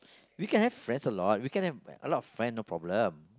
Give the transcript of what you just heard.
we can have friends a lot we can have a lot of friend no problem